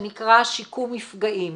שנקרא שיקום מפגעים,